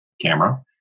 camera